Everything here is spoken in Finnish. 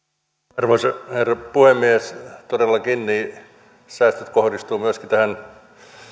arvoisa herra puhemies todellakin säästöt kohdistuvat myöskin tähän